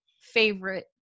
favorite